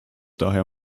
daher